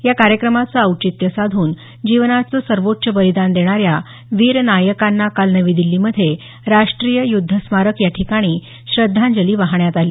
या कार्यक्रमाचं औचित्य साधून जीवनाचं सर्वोच्च बलिदान देणाऱ्या वीर नायकांना काल नवी दिल्लीमध्ये राष्ट्रीय युद्ध स्मारक या ठिकाणी श्रद्धांजली वाहण्यात आली